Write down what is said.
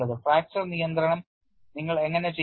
fracture നിയന്ത്രണം നിങ്ങൾ എങ്ങനെ ചെയ്യും